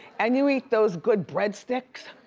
and you eat those good breadsticks.